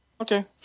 Okay